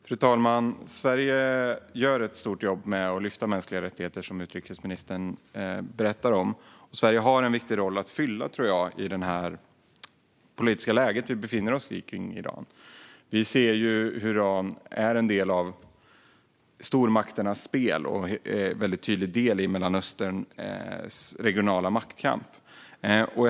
Fru talman! Sverige gör ett stort jobb med att lyfta mänskliga rättigheter, vilket utrikesministern berättar om. Jag tror att Sverige har en viktig roll att fylla när det gäller det politiska läget kring Iran. Vi ser hur Iran är en del av stormakternas spel och en väldigt tydlig del i Mellanösterns regionala maktkamp.